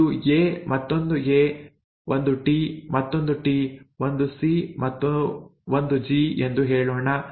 ಇದು ಎ ಮತ್ತೊಂದು ಎ ಒಂದು ಟಿ ಮತ್ತೊಂದು ಟಿ ಒಂದು ಸಿ ಮತ್ತು ಒಂದು ಜಿ ಎಂದು ಹೇಳೋಣ